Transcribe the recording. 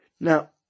Now